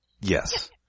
Yes